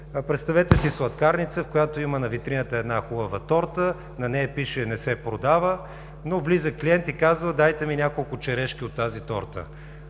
Представете си сладкарница, която има на витрината една хубава торта, на нея пише: не се продава, но влиза клиент и казва, дайте ми няколко черешки от тази торта.